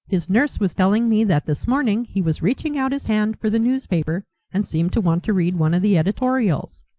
his nurse was telling me that this morning he was reaching out his hand for the newspaper, and seemed to want to read one of the editorials.